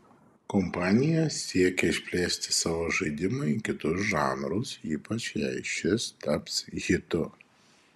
kompanija siekia išplėsti savo žaidimą į kitus žanrus ypač jei šis taps hitu